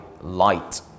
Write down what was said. light